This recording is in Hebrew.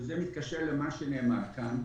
וזה מתקשר למה שנאמר כאן,